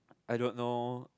I don't know